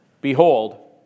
behold